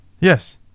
Yes